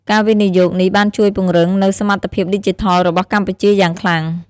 ការវិនិយោគនេះបានជួយពង្រឹងនូវសមត្ថភាពឌីជីថលរបស់កម្ពុជាយ៉ាងខ្លាំង។